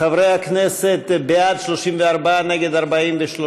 חברי הכנסת, בעד, 34, נגד, 43,